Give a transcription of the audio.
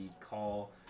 call